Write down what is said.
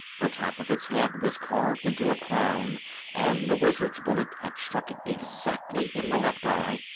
the top of its head was carved into a crown and the wizard's bullet had struck it exactly in the left eye,